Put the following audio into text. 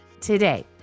Today